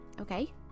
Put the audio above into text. okay